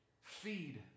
feed